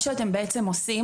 מה שאתם בעצם עושים,